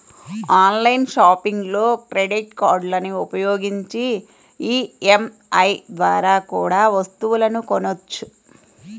online షాపింగ్లో credit కార్డులని ఉపయోగించి ఈ.ఎం.ఐ ద్వారా కూడా వస్తువులను కొనొచ్చు